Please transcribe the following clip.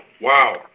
Wow